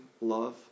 love